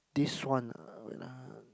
this one uh wait ah